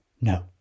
No